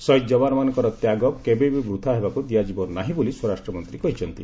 ଶହୀଦ ଯବାନମାନଙ୍କର ତ୍ୟାଗ କେବେ ବି ବୃଥା ହେବାକୁ ଦିଆଯିବ ନାହିଁ ବୋଲି ସ୍ୱରାଷ୍ଟ୍ରମନ୍ତ୍ରୀ କହିଛନ୍ତି